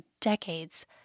decades